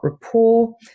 rapport